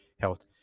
health